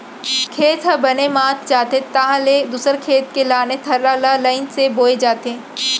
खेत ह बने मात जाथे तहाँ ले दूसर खेत के लाने थरहा ल लईन से बोए जाथे